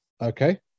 okay